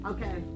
Okay